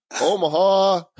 Omaha